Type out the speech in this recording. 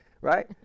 right